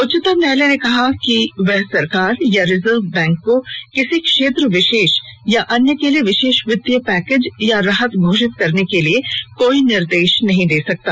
उच्चतम न्यायालय ने कहा कि वह सरकार या रिजर्व बैंक को किसी क्षेत्र विशेष या अन्य के लिए विशेष वित्तीय पैकेज या राहत घोषित करने के लिए कोई निर्देश नहीं दे सकता